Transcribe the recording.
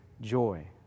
joy